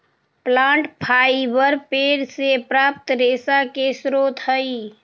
plant fibre पेड़ से प्राप्त रेशा के स्रोत हई